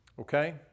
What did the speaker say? Okay